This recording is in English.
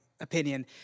opinion